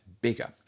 bigger